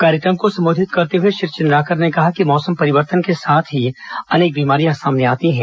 कार्यक्रम को संबोधित करते हए श्री चंद्राकर ने कहा कि मौसम परिवर्तन के साथ ही अनेक बीमारियां सामने आती हैं